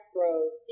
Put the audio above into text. Grows